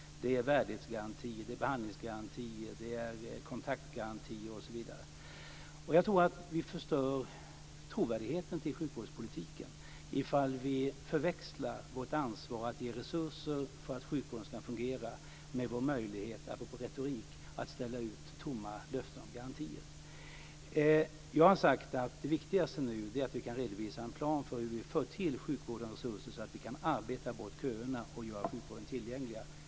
Det är värdighetsgaranti, behandlingsgaranti, kontaktgaranti, osv. Jag tror att vi förstör trovärdigheten i sjukvårdspolitiken ifall vi förväxlar vårt ansvar att ge resurser för att sjukvården ska fungera med vår möjlighet, apropå retorik, att ställa ut tomma löften om garantier. Jag har sagt att det viktigaste nu är att vi kan redovisa en plan för hur vi för till sjukvården resurser så att vi kan arbeta bort köerna och göra sjukvården tillgängligare.